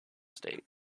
state